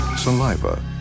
saliva